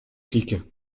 flic